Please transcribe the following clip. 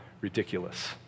ridiculous